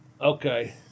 Okay